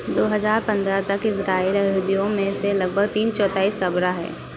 दो हज़ार पन्द्रह तक यहूदियों में से लगभग तीन चौथाई सबरा हैं